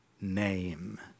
name